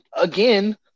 again